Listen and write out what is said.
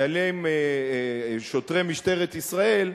שוטרי משטרת ישראל,